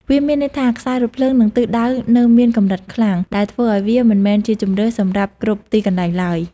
វាមានន័យថា ខ្សែរថភ្លើង និងទិសដៅនៅមានកម្រិតខ្លាំង ដែលធ្វើឱ្យវាមិនមែនជាជម្រើសសម្រាប់គ្រប់ទីកន្លែងឡើយ។